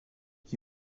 qui